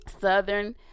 Southern